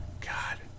God